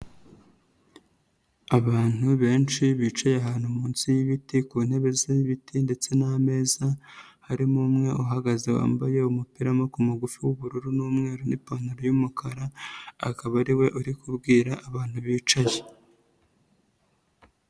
Abantu benshi bicaye ahantu munsi y'ibiti ku ntebe z'ibiti ndetse n'ameza, harimo umwe uhagaze wambaye umupira w'amaboko magufi w'ubururu n'umweru n'ipantaro y'umukara, akaba ariwe uri kubwira abantu bicaye.